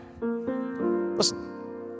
Listen